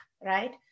right